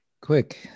Quick